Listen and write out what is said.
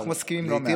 אנחנו מסכימים לא מעט.